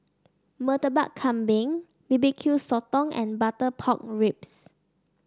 Murtabak Kambing B B Q Sotong and Butter Pork Ribs